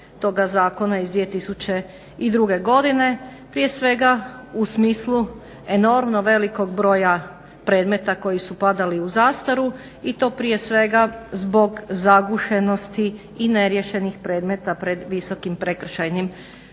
toga Zakona iz 2002. godine prije svega u smislu enormno velikog broja predmeta koji su padali u zastaru i to prije svega zbog zagušenosti i neriješenih predmeta pred Visokim prekršajnim sudom